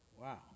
Wow